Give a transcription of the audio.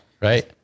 Right